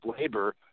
labor